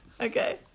Okay